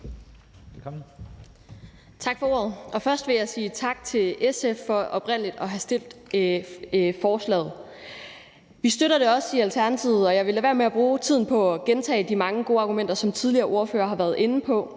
Tak for ordet. Først vil jeg sige tak til SF for oprindelig at have fremsat forslaget. Vi støtter det også i Alternativet, og jeg vil lade være med at bruge tiden på at gentage de mange gode argumenter, som tidligere ordførere har været inde på.